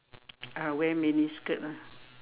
uh wear mini skirt ah